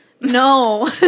No